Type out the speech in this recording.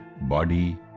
body